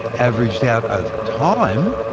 averaged out over time,